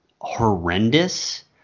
horrendous